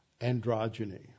androgyny